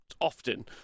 often